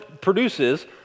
produces